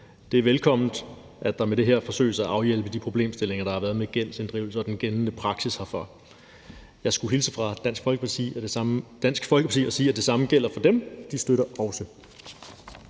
Det er velkomment, at der med det her forsøges en afhjælpning af de problemstillinger, der har været med gældsinddrivelse og den gældende praksis herfor. Jeg skulle hilse fra Dansk Folkeparti og sige, at det samme gælder for dem; de støtter det